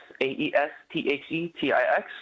A-E-S-T-H-E-T-I-X